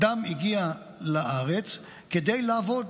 אדם הגיע לארץ כדי לעבוד.